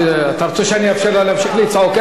אתה רוצה שאני אאפשר לה להמשיך לצעוק?